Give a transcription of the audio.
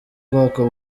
bwoko